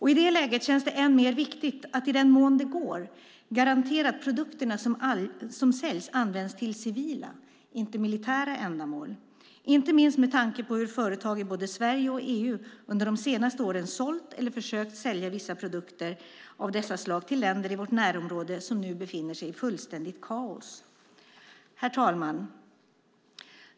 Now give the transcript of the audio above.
I det läget känns det ännu viktigare att i den mån det går garantera att produkterna som säljs används till civila och inte militära ändamål, inte minst med tanke på hur företag i både Sverige och EU under de senaste åren sålt eller försökt sälja vissa produkter av dessa slag till länder i vårt närområde som nu befinner sig i fullständigt kaos. Herr talman!